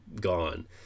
gone